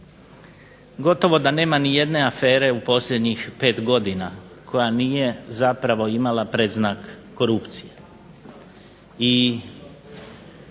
Gotovo da nema nijedne afere u posljednjih 5 godina koja nije zapravo imala predznak korupcije.